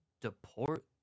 deport